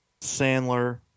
Sandler